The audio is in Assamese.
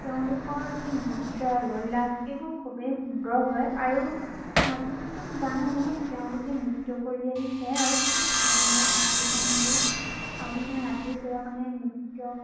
তেওঁলোকৰ যি মুদ্ৰা লয়লাস এইবোৰ খুবেই সুন্দৰ হয় আৰু নতুন নতুন গানসমূহত তেওঁলোকে নৃত্য কৰি আহিছে আৰু খুব ধুনীয়া অংগী ভংগী অভিনয় আদিৰদ্বাৰা মানে নৃত্যক